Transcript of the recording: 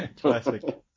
Classic